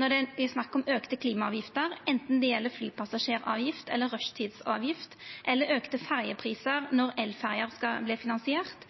når det er snakk om auka klimaavgifter – anten det gjeld flypassasjeravgift, rushtidsavgift eller auka ferjeprisar når elferjer skal finansierast.